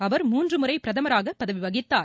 அவர் மூன்று முறை பிரதமராக பதவி வகித்தார்